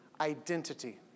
identity